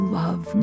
love